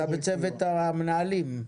אתה בצוות המנהלים,